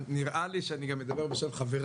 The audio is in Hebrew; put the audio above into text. נראה לי שאני מדבר בשם חברי.